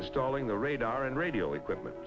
installing the radar and radio equipment